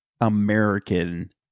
American